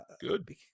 Good